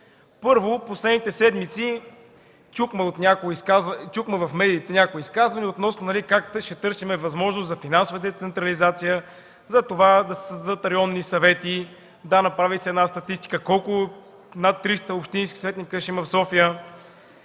Първо, в последните седмици чухме в медиите някои изказвания относно това как ще търсим възможност за финансова децентрализация, за това да се създадат районни съвети. Да, направи се една статистика колко над 300 общински съветника ще има в София,